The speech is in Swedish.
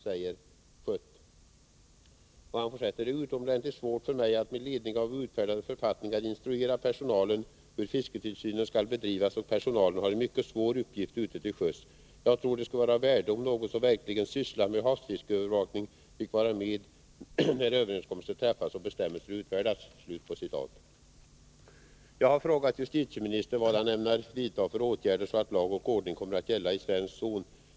Det är utomordentligt svårt för mig att med ledning av utfärdade författningar instruera personalen hur fisketillsynen skall bedrivas och personalen har en mycket svår uppgift ute till sjöss. Jag tror det skulle vara av värde om någon som verkligen sysslar med havsfiskeövervakning fick vara med när överenskommelser träffas och bestämmelserna utfärdas.” Jag har frågat justitieministern vilka åtgärder han ämnar vidta så att lag och ordning kommer att gälla i svensk zon.